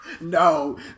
No